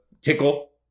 tickle